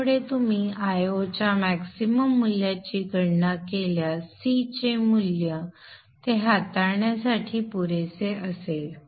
त्यामुळे तुम्ही Io च्या मॅक्सिमम मूल्याची गणना केल्यास C चे मूल्य ते हाताळण्यासाठी पुरेसे असेल